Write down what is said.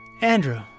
Andrew